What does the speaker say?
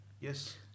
Yes